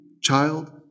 child